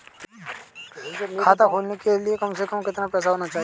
खाता खोलने के लिए कम से कम कितना पैसा होना चाहिए?